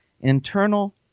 internal